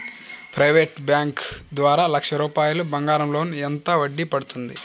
Private bank ద్వారా లక్ష రూపాయలు బంగారం లోన్ ఎంత వడ్డీ పడుతుంది?